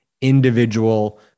individual